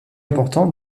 important